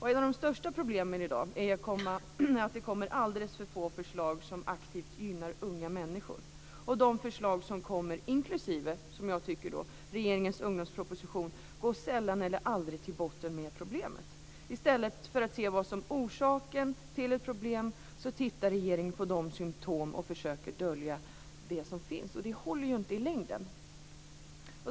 Ett av de största problemen i dag är att det kommer alldeles för få förslag som aktivt gynnar unga människor. I de förslag som kommer, inklusive regeringens ungdomsproposition, går man sällan eller aldrig till botten med problemet. I stället för att se vad som är orsaken till ett problem, tittar regeringen på symtomen och försöker dölja problemet. Det håller ju inte i längden.